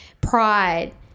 pride